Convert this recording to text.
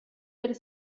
per